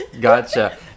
Gotcha